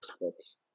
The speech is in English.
books